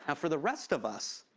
ah for the rest of us,